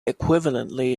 equivalently